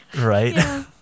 Right